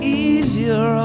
easier